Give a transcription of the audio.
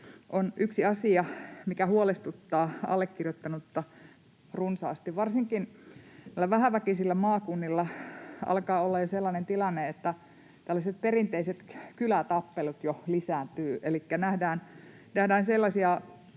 on yksi asia, mikä huolestuttaa allekirjoittanutta runsaasti. Varsinkin vähäväkisillä maakunnilla alkaa olla jo sellainen tilanne, että tällaiset perinteiset kylätappelut jo lisääntyvät, elikkä nähdään sellaisia